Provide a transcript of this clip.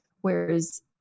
whereas